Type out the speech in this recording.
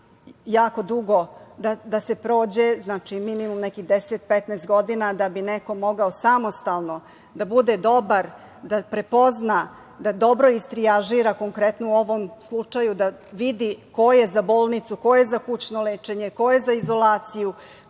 jako dugo da se prođe. Znači, minimum nekih 10, 15 godina da bi neko mogao samostalno da bude dobar, da prepozna, da dobro iztrijažira, konkretno u ovom slučaju da vidi ko je za bolnicu, ko je za kućno lečenje, ko je za izolaciju,